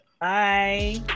bye